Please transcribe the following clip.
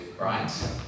right